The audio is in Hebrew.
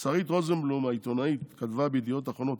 העיתונאית שרית רוזנבלום כתבה היום בידיעות אחרונות